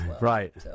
Right